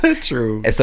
True